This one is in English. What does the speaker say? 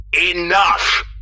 Enough